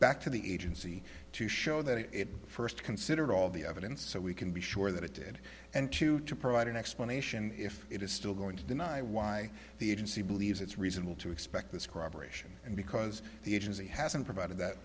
back to the agency to show that it first consider all the evidence so we can be sure that it did and to to provide an explanation if it is still going to deny why the agency believes it's reasonable to expect the scrub aeration and because the agency hasn't provided that